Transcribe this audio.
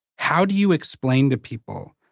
how do you explain to people,